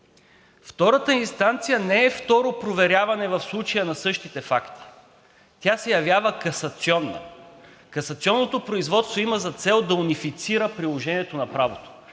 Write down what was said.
Втората инстанция не е второ проверяване в случая на същите факти, тя се явява касационна. Касационното производство има за цел да унифицира приложението на правото,